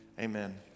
Amen